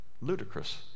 ludicrous